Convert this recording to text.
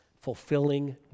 fulfilling